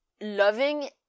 loving